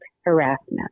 harassment